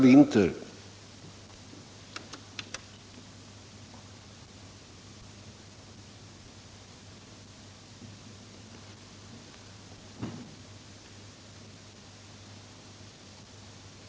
1"